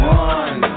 one